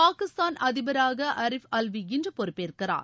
பாகிஸ்தான் அதிபராக ஹரீஃப் அல்வி இன்று பொறுப்பேற்கிறார்